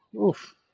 Oof